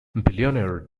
billionaire